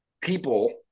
people